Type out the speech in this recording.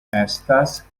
estas